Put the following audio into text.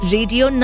Radio